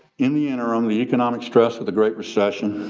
in the interim, the economic stress of the great recession,